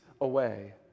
away